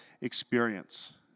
experience